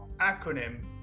acronym